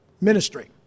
ministry